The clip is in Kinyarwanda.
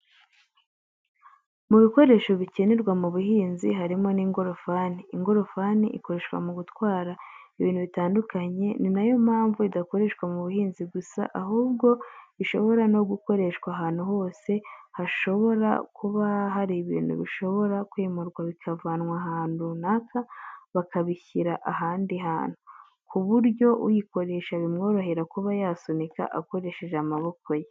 Mu bikoresho bikenerwa mu buhinzi harimo n'ingorofani. Ingorofani ikoreshwa mu gutwara ibintu bitandukanye ni nayo mpamvu idakoreshwa mu buhinzi gusa ahubwo ishobora no gukora ahantu hose hashobora kuba hari ibintu bishobora kwimurwa bikavanwa ahantu runaka bakabishyira ahandi hantu, ku buryo uyikoresha bimworohera kuba yasunika akoresheje amaboko ye.